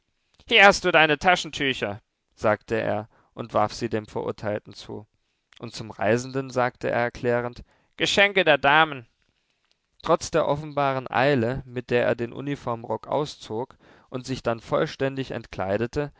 hier hast du deine taschentücher sagte er und warf sie dem verurteilten zu und zum reisenden sagte er erklärend geschenke der damen trotz der offenbaren eile mit der er den uniformrock auszog und sich dann vollständig entkleidete